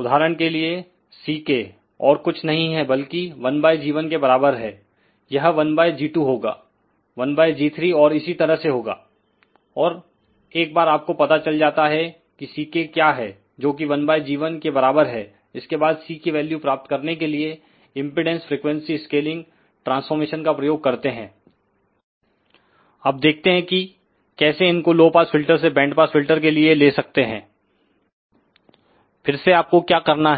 उदाहरण के लिए Ck और कुछ नहीं है बल्कि 1g1के बराबर है यह 1g2होगा 1g3और इसी तरह से होगा और एक बार आपको पता चल जाता है कि Ck क्या है जोकि 1g1के बराबर है इसके बाद C की वैल्यू प्राप्त करने के लिएइंपेडेंस फ्रीक्वेंसी स्केलिंग ट्रांसफॉरमेशन का प्रयोग करते हैं अब देखते हैं कि कैसेइनकोलो पास फिल्टर से बैंड पास फिल्टरके लिए ले सकते हैं फिर से आपको क्या करना है